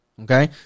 Okay